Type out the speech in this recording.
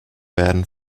werden